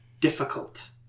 Difficult